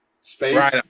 space